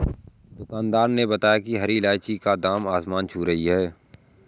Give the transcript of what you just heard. दुकानदार ने बताया कि हरी इलायची की दाम आसमान छू रही है